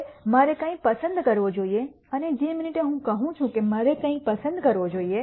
હવે મારે કઇ પસંદ કરવો જોઈએ અને જે મિનિટ હું કહું છું કે મારે કઇ પસંદ કરવો જોઈએ